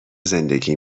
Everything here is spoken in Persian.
زندگی